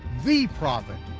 the prophet,